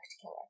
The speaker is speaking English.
killer